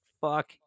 fuck